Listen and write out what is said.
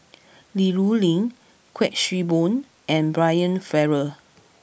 Li Rulin Kuik Swee Boon and Brian Farrell